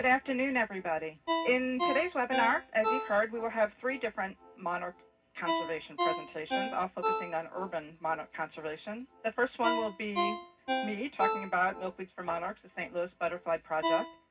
afternoon everybody. in today's webinar, as you've heard, we will have three different monarch conservation presentations, all focusing on urban monarch conservation. the first one will be me, talking about milkweeds for monarchs, the st. louis butterfly project.